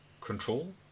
Control